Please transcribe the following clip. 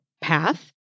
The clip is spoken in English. path